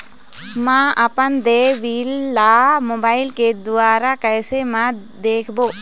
म अपन देय बिल ला मोबाइल के द्वारा कैसे म देखबो?